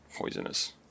poisonous